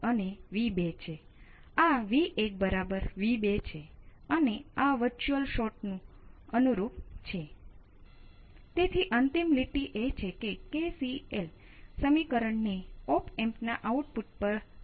તેથી તે તમને વોલ્ટેજ ને મૂકીશ જે જમણી બાજુએ અચળ છે